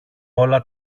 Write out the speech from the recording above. όλα